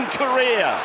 career